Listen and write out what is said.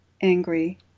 angry